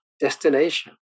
destination